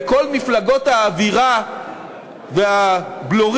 וכל מפלגות האווירה והבלורית,